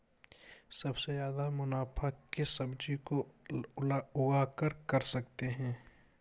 सबसे ज्यादा मुनाफा किस सब्जी को उगाकर कर सकते हैं?